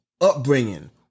upbringing